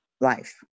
life